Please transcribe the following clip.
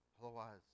Otherwise